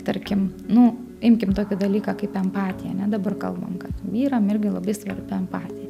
tarkim nu imkim tokį dalyką kaip empatiją ane dabar kalbam kad vyram irgi labai svarbi empatija